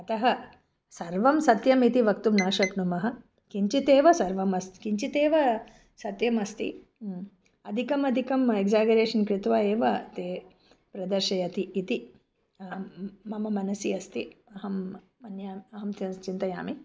अतः सर्वं सत्यम् इति वक्तुं न शक्नुमः किञ्चिदेव सर्वम् अस्ति किञ्चिदेव सत्यमस्ति अधिकम् अधिकम् एक्सागरेशन् कृत्वा एव ते प्रदर्शयति इति मम मनसि अस्ति अहं मन्याम् अहं तस्य चिन्तयामि